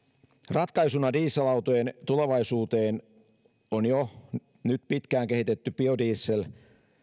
ratkaisuna dieselautojen tulevaisuuteen on jo nyt pitkään kehitetty biodiesel